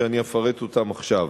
שאני אפרט אותם עכשיו.